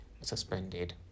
suspended